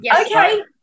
Okay